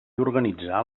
organitzar